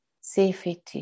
Safety